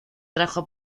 trajo